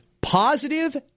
positive